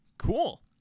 Cool